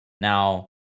now